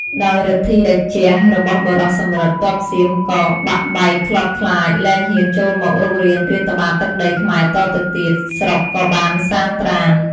ដោយឫទ្ធិតេជះរបស់បុរសសំរិទ្ធ ទ័ពសៀម ក៏បាក់បែកខ្លបខ្លាចលែងហ៊ានចូលមករុករានរាតត្បាតទឹកដីខ្មែរតទៅទៀតស្រុកក៏បានសានត្រាណ ។